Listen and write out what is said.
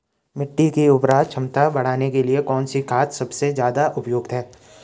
मिट्टी की उर्वरा क्षमता बढ़ाने के लिए कौन सी खाद सबसे ज़्यादा उपयुक्त है?